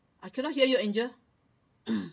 I cannot hear you angel